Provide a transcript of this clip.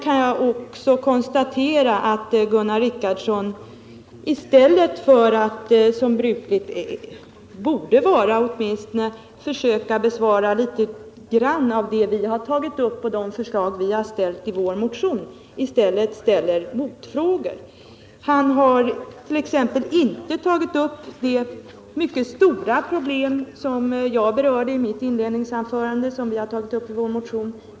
Jag konstaterar sedan att Gunnar Richardson inte, som brukligt är, tar upp de frågor vi har ställt och de förslag vi har framfört i vår motion utan föredrar att ställa motfrågor. Han har t.ex. inte tagit upp det mycket stora problemet med sektoriseringsprincipen, som jag berörde i mitt inledningsanförande och som vi har tagit upp i vår motion.